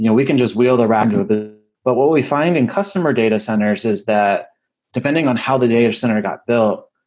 you know we can just wheel the rack, and but what we find in customer data centers is that depending on how the data center got built,